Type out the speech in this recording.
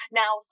now